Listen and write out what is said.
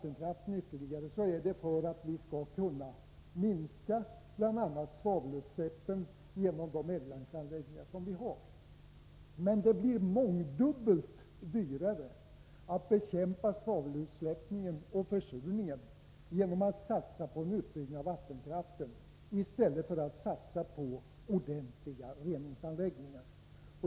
En ytterligare utbyggnad av vattenkraften motiveras bl.a. med att svavelutsläppen kan minskas. Det kostar emellertid mångdubbelt mera att satsa på en utbyggnad av vattenkraften än att satsa på ordentliga reningsanläggningar.